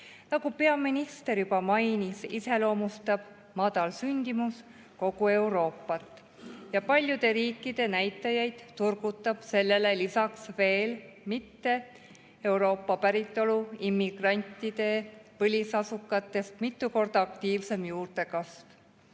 Nagu peaminister juba mainis, iseloomustab madal sündimus kogu Euroopat ja paljude riikide näitajaid turgutab sellele lisaks veel mitte-Euroopa päritolu immigrantide põlisasukatest mitu korda aktiivsem juurdekasv.